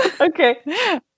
Okay